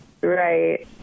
Right